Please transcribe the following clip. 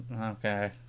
Okay